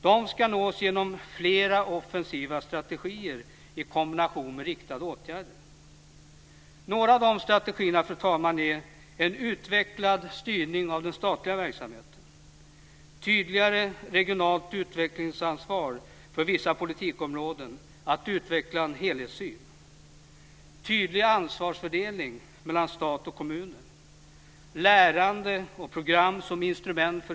De ska nås genom flera offensiva strategier i kombination med riktade åtgärder. Några av dessa strategier är: · Tydligare regionalt utvecklingsansvar för vissa politikområden - att utveckla en helhetssyn.